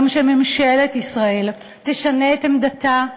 שגם ממשלת ישראל תשנה את עמדתה,